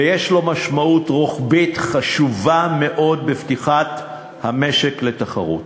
ויש לו משמעות רוחבית חשובה מאוד לפתיחת המשק לתחרות.